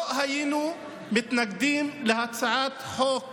לא היינו מתנגדים להצעת חוק כזו.